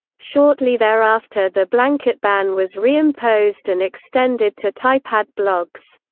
shortly thereafter the blanket ban was reimposed and extended to typepad blogs.